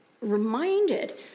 reminded